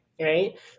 right